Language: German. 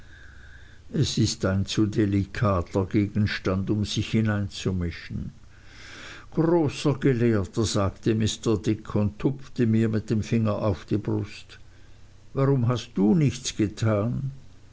es ist ein zu delikater gegenstand um sich hineinzumischen großer gelehrter sagte mr dick und tupfte mir mit dem finger auf die brust warum hast du nichts getan